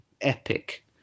epic